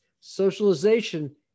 socialization